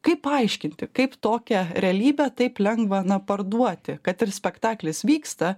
kaip paaiškinti kaip tokią realybę taip lengva na parduoti kad ir spektaklis vyksta